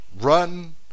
run